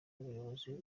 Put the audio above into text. umuyobozi